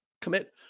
commit